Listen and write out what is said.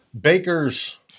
Baker's